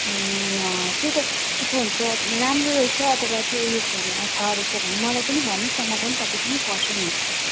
ए अँ त्यही त के पो भन्छ राम्रो रहेछ अथवा त्यो उयो छैन छ रहेछ भने मलाई पनि भन्नु न म पनि तपाईँसँगै पढ्छु नि